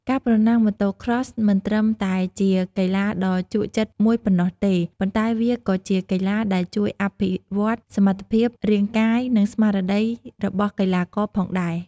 ការប្រណាំង Motocross មិនត្រឹមតែជាកីឡាដ៏ជក់ចិត្តមួយប៉ុណ្ណោះទេ ប៉ុន្តែវាក៏ជាកីឡាដែលជួយអភិវឌ្ឍសមត្ថភាពរាងកាយ និងស្មារតីរបស់កីឡាករផងដែរ។